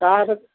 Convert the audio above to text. चार